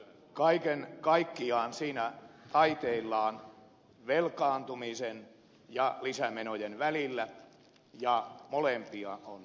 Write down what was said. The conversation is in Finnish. kaiken kaikkiaan siinä taiteillaan velkaantumisen ja lisämenojen välillä ja molempia on käytetty